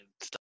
stop